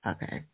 Okay